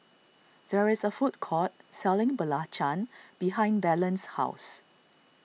there is a food court selling Belacan behind Belen's house